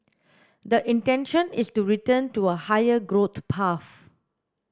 the intention is to return to a higher growth path